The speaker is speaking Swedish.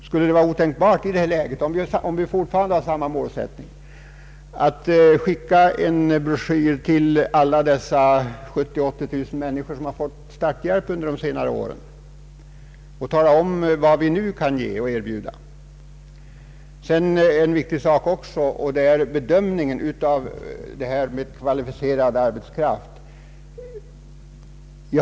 Skulle det vara otänkbart, om vi fortfarande har samma målsättning, att skicka ut en broschyr till alla de 70 000 —80 000 människor som fått starthjälp under senare år och tala om vad vi nu kan erbjuda? En viktig fråga är hur begreppet kvalificerad arbetskraft skall bedömas.